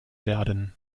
werden